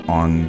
on